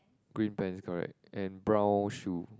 green pants correct and brown shoe